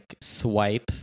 swipe